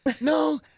No